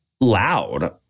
loud